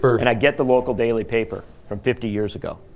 and i get the local daily paper from fifty years ago.